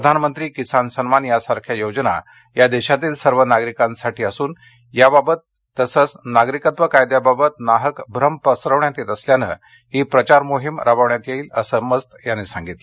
प्रधानमंत्री किसान सन्मान सारख्या योजना या देशातील सर्व नागरिकांसाठी असून याबाबत तसंच नागरिकत्व कायद्याबाबत नाहक भ्रम पसरवण्यात येत असल्यानं ही प्रचार मोहीम राबवण्यात येणार असल्याचं मस्त यांनी सांगितलं